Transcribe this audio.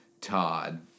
Todd